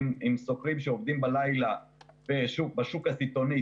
עם סוקרים שעובדים בלילה בשוק הסיטונאי,